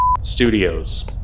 Studios